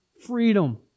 freedom